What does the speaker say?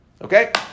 Okay